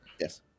Yes